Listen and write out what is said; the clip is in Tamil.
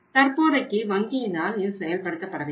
தற்போதைக்கு வங்கியினால் இது செயல்படுத்தப்படவில்லை